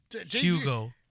Hugo